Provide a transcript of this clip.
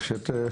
איך שאת רוצה.